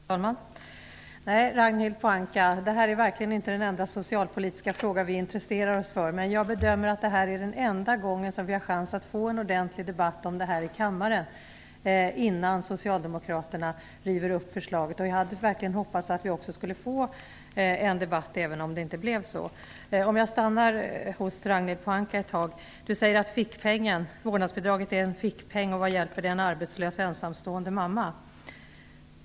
Fru talman! Nej, Ragnhild Pohanka, detta är verkligen inte den enda socialpolitiska fråga vi intresserar oss för. Men jag bedömer att detta är den enda gången vi har chansen att få en ordentlig debatt om detta i kammaren innan Socialdemokraterna river upp beslutet. Jag hade hoppats på en debatt, även om det nu inte blev så. Jag vill fortsätta att rikta mig till Ragnhild Pohanka ett tag. Hon säger att vårdnadsbidraget är en fickpeng, och hon undrar hur den kan hjälpa en arbetslös ensamstående mamma.